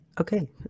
Okay